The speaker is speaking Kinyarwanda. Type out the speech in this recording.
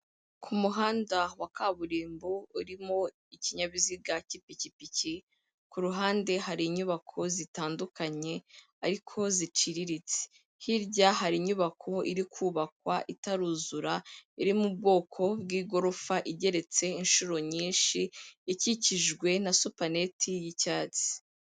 Ku muhanda wa kaburimbo urimo ikinyabiziga cy'ipikipiki, ku ruhande hari inyubako zitandukanye ariko ziciriritse, hirya hari inyubako iri kubakwa itaruzura iri mu bwoko bw'igorofa igeretse inshuro nyinshi ikikijwe na supaneti y'icyatsi.